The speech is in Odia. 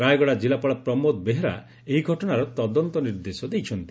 ରାୟଗଡା ଜିଲ୍ଲାପାଳ ପ୍ରମୋଦ ବେହେରା ଏହି ଘଟଶାର ତଦନ୍ତ ନିର୍ଦ୍ଦେଶ ଦେଇଛନ୍ତି